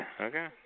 Okay